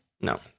No